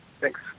Thanks